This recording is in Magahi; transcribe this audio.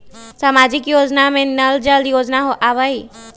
सामाजिक योजना में नल जल योजना आवहई?